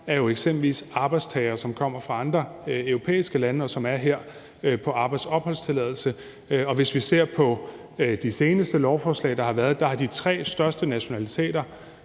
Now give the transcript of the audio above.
er jo eksempelvis arbejdstagere, som kommer fra andre europæiske lande, og som er her på arbejdsopholdstilladelse, og hvis vi ser på de seneste lovforslag, der har været, har de tre største nationaliteter